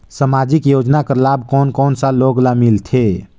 समाजिक योजना कर लाभ कोन कोन सा लोग ला मिलथे?